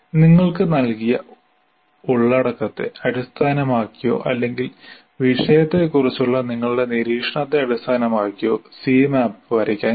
നിങ്ങൾക്ക് നൽകിയ ഉള്ളടക്കത്തെ അടിസ്ഥാനമാക്കിയോ അല്ലെങ്കിൽ വിഷയത്തെക്കുറിച്ചുള്ള നിങ്ങളുടെ വീക്ഷണത്തെ അടിസ്ഥാനമാക്കിയോ Cmap വരയ്ക്കാൻ കഴിയും